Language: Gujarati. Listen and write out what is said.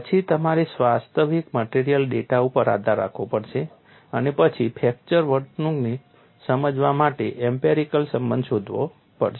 પછી તમારે વાસ્તવિક મટેરીઅલ ડેટા ઉપર આધાર રાખવો પડશે અને પછી ફ્રેક્ચર વર્તણૂકને સમજાવવા માટે એમ્પિરિકલ સંબંધ શોધવો પડશે